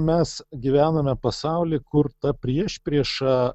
mes gyvename pasauly kur ta priešprieša